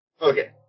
Okay